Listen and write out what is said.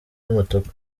y’umutuku